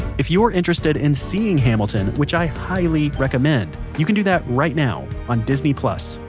if you're interested in seeing hamilton, which i highly recommend, you can do that right now on disney plus.